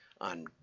on